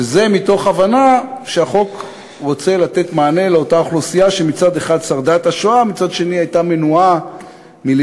זה חוק הטבות לניצולי שואה, התשס"ז 2007. החוק הזה